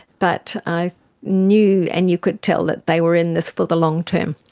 but i knew and you could tell that they were in this for the long term,